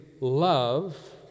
love